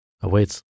awaits